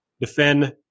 defend